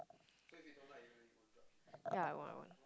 ya I won't